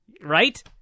right